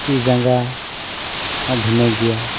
ᱛᱤᱼᱡᱟᱸᱜᱟ ᱦᱚᱸ ᱵᱷᱤᱱᱟᱹ ᱜᱮᱭᱟ